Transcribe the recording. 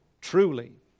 Truly